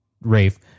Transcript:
Rafe